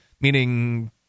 Meaning